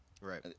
Right